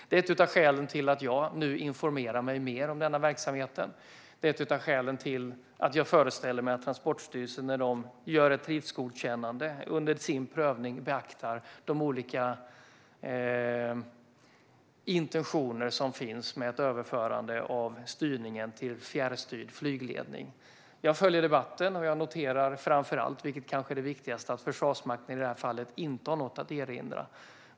Detta är ett av skälen till att jag nu informerar mig mer om denna verksamhet och till att jag föreställer mig att Transportstyrelsen, när de gör ett driftsgodkännande, under sin prövning beaktar de olika intentioner som finns med ett överförande av styrningen till fjärrstyrd flygledning. Jag följer debatten, och jag noterar framför allt - vilket kanske är det viktigaste - att Försvarsmakten i detta fall inte har något att erinra.